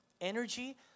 energy